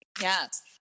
Yes